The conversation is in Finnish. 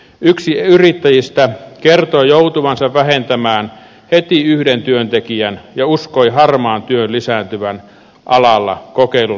yksi yrittäjistä kertoi joutuvansa vähentämään heti yhden työntekijän ja uskoi harmaan työn lisääntyvän alalla kokeilun lopettamisen myötä